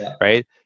right